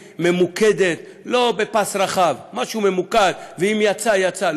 ממוקדת, לא בפס רחב, ואם יצא, יצא.